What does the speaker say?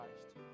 Christ